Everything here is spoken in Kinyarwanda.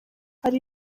hari